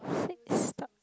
six thou~